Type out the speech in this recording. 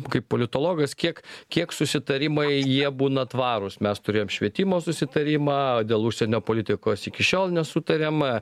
kaip politologas kiek kiek susitarimai jie būna tvarūs mes turėjom švietimo susitarimą dėl užsienio politikos iki šiol nesutariama